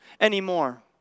anymore